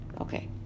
Okay